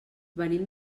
venim